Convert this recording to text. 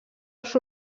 els